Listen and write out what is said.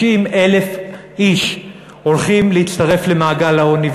90,000 איש הולכים להצטרף למעגל העוני,